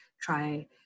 try